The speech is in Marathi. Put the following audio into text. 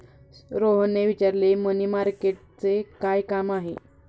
रोहनने विचारले, मनी मार्केटचे काय काम आहे?